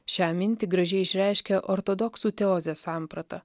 šią mintį gražiai išreiškia ortodoksų teozės samprata